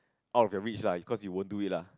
out of your reach lah of cause you won't do it lah